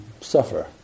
suffer